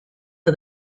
for